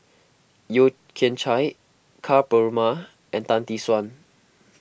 Yeo Kian Chye Ka Perumal and Tan Tee Suan